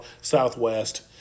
Southwest